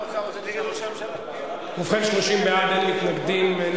33 בעד, מתנגד אחד, אין